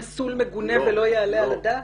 פסול, מגונה ולא יעלה על הדעת?